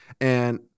And-